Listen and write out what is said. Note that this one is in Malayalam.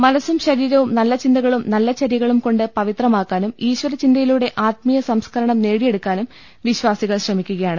മനസ്സും ശരീരവും നല്ല ചിന്തകളും നല്ല ചര്യകളുംകൊണ്ട് പവിത്രമാ ക്കാനും ഈശ്വര ചിന്തയിലൂടെ ആത്മീയ സംസ്കരണം നേടി യെടുക്കാനും വിശ്വാസികൾ ശ്രമിക്കുകയാണ്